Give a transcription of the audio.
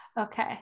Okay